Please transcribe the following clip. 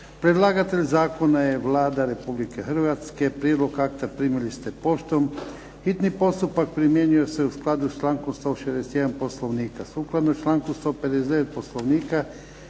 Predlagatelj zakona je Vlada Republike Hrvatske. Prijedlog akta primili ste poštom. Hitni postupak primjenjuje se u skladu sa člankom 161. Poslovnika. Sukladno članku 159. Poslovnika